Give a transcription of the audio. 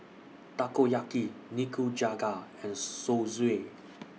Takoyaki Nikujaga and Zosui